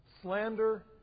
Slander